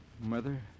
Mother